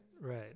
right